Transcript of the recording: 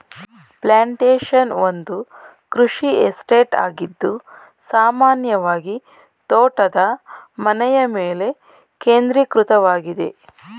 plantation ಒಂದು ಕೃಷಿ estate ಆಗಿದ್ದು ಸಾಮಾನ್ಯವಾಗಿತೋಟದ ಮನೆಯಮೇಲೆ ಕೇಂದ್ರೀಕೃತವಾಗಿದೆ